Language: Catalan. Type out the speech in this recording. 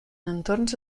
entorns